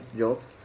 jokes